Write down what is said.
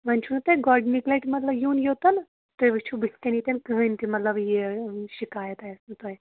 وۅنۍ چھُو نہٕ تۄہہِ گۄڈنِکۍ لَٹہِ مطلب یُن یوٚتَن تُہۍ وٕچھِو بٕتھ کَن ییٚتٮ۪ن کٕہٕینۍ تہِ مطلب یہِ شِکایت آسوٕ تۄہہِ